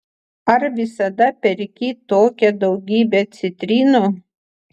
ar visada perki tokią daugybę citrinų